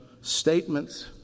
statements